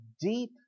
deep